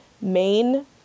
main